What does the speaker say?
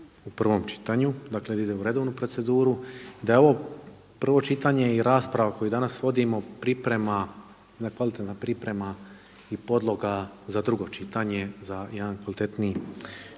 u prvom čitanju, dakle da ide u redovnu proceduru i da je ovo prvo čitanje i rasprava koju danas vodimo priprema, jedna kvalitetna priprema i podloga za drugo čitanje, za jedan kvalitetniji